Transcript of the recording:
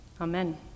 Amen